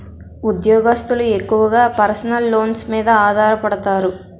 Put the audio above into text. ఉద్యోగస్తులు ఎక్కువగా personal loans మీద ఆధారపడతారు